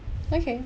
okay